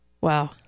Wow